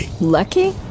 Lucky